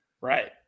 Right